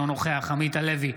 אינו נוכח עמית הלוי,